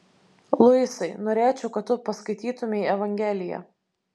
luisai norėčiau kad tu paskaitytumei evangeliją